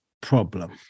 problem